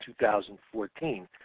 2014